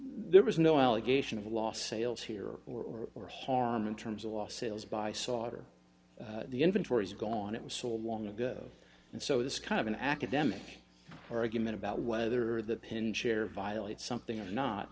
there was no allegation of lost sales here or more harm in terms of lost sales by sautter the inventory is gone it was so long ago and so it's kind of an academic argument about whether the pin share violates something or not